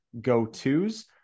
go-tos